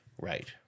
Right